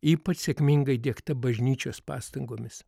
ypač sėkmingai diegta bažnyčios pastangomis